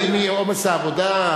ואם יהיה עומס העבודה,